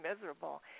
miserable